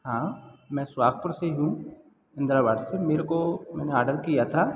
हाँ मैं सुहासपुर से हूँ इंद्रबाट से मेरेको मैंने ऑर्डर किया था